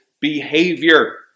behavior